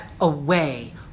away